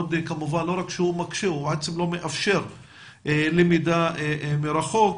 לא רק שהוא מקשה, הוא לא מאפשר למידה מרחוק,